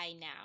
now